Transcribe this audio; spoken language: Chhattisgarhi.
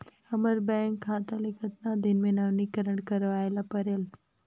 हमर बैंक खाता ले कतना दिन मे नवीनीकरण करवाय ला परेल?